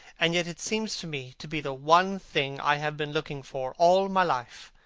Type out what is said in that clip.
and yet it seems to me to be the one thing i have been looking for all my life.